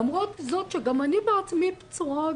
למרות זאת שגם אני בעצמי פצועה,